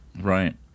right